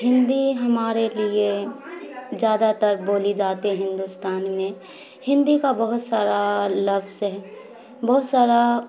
ہندی ہمارے لیے زیادہ تر بولی جاتے ہندوستان میں ہندی کا بہت سارا لفظ ہے بہت سارا